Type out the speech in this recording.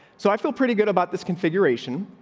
so i feel pretty good about this configuration.